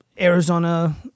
Arizona